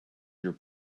your